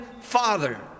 father